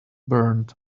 burned